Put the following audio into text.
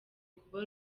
kuba